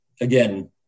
Again